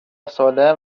سالم